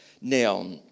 Now